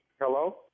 Hello